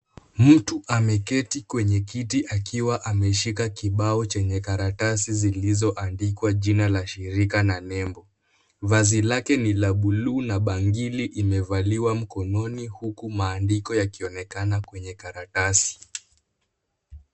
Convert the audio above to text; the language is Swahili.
Mtu akiwa ameketi kwenye kiti ameshika kibao chenye karatasi zilizoandikwa jina la shirika na nembo. Vazi lake ni la buluu la bangili yamevaliwa mkononi huku maandiko yakionekana kwenye karatasi.